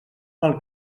pel